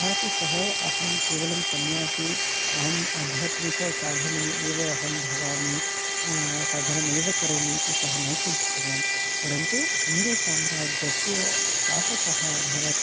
तथापि सः अहं केवलं सन्यासी अहम् आध्यात्मिकसाधने एव अहं भवामि साधनमेव करोमि इति सः न चिन्तितवान् परन्तु हिन्दूसाम्राज्यस्य स्थापकः अभवत्